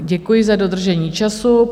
Děkuji za dodržení času.